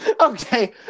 Okay